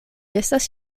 estas